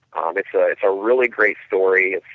um it's ah it's a really great story.